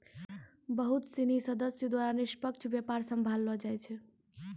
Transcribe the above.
बहुत सिनी सदस्य द्वारा निष्पक्ष व्यापार सम्भाललो जाय छै